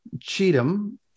Cheatham